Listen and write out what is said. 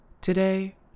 Today